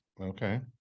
Okay